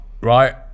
right